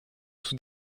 sous